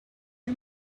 you